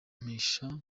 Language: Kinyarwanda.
mpisha